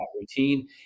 routine